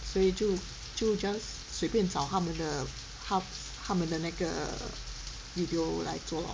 所以就就 just 随便找他们的他他们的那个 video 来做 lor